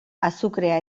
azukrea